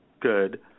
good